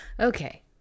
Okay